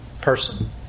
person